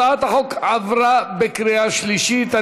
הצעת החוק עברה בקריאה שלישית.